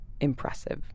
impressive